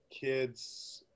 kids –